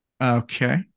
Okay